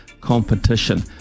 competition